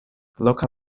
local